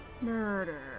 Murder